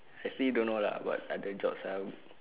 actually don't know lah what other jobs I